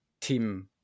team